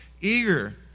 eager